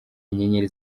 inyenyeri